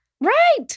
right